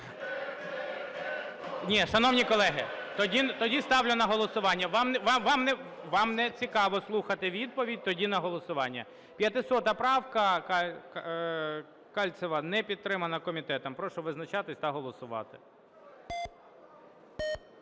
Ні, шановні колеги, тоді ставлю на голосування. Вам нецікаво слухати відповідь, тоді – на голосування. 500 правка Кальцева. Не підтримана комітетом. Прошу визначатись та голосувати.